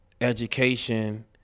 education